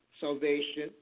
salvation